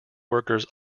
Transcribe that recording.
workers